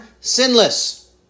sinless